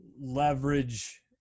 leverage